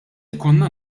jkollna